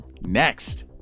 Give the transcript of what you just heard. Next